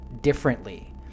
differently